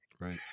Right